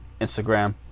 Instagram